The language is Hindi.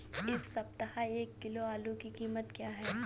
इस सप्ताह एक किलो आलू की कीमत क्या है?